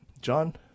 John